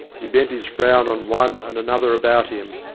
he bent his frown on one and another about him,